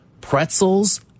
pretzels